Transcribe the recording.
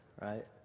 right